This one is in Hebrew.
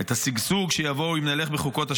את השגשוג שיבוא אם נלך בחוקות השם,